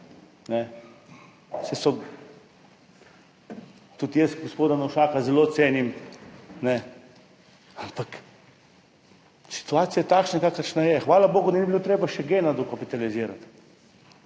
Tudi jaz gospoda Novšaka zelo cenim, ampak situacija je takšna, kakršna je. Hvala bogu, da ni bilo treba dokapitalizirati